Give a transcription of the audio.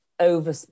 over